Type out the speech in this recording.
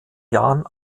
jahren